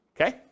okay